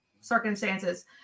circumstances